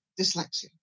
dyslexia